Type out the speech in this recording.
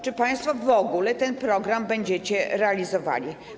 Czy państwo w ogóle ten program będziecie realizowali?